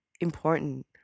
important